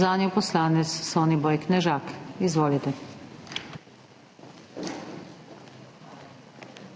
zanjo poslanec Soniboj Knežak. Izvolite. SONIBOJ